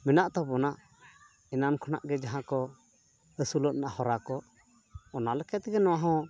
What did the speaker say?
ᱢᱮᱱᱟᱜ ᱛᱟᱵᱚᱱᱟ ᱮᱱᱟᱱ ᱠᱷᱚᱱᱟᱜ ᱜᱮ ᱡᱟᱦᱟᱸᱠᱚ ᱟᱹᱥᱩᱞᱚᱜ ᱨᱮᱱᱟᱜ ᱦᱚᱨᱟᱠᱚ ᱚᱱᱟ ᱞᱮᱠᱟ ᱛᱮᱜᱮ ᱱᱚᱣᱟᱦᱚᱸ